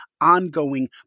ongoing